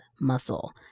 muscle